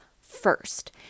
first